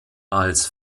als